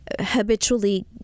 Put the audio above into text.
habitually